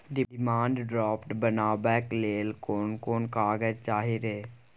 Demand draft बनाबैक लेल कोन कोन कागज चाही रे?